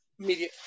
media